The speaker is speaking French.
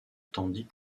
tandis